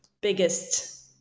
biggest